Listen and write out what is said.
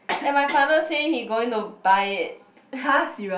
and my father say he going to buy it